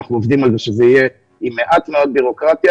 אנחנו עובדים על כך שזה יהיה עם מעט מאוד בירוקרטיה